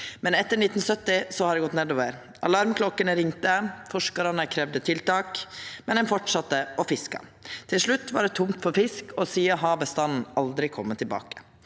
men etter 1970 har det gått nedover. Alarmklokkene ringde, forskarane kravde tiltak, men ein fortsette å fiska. Til slutt var det tomt for fisk, og sidan har bestanden aldri kome tilbake.